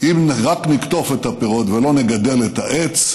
אם רק נקטוף את הפירות ולא נגדל את העץ,